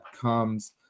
comes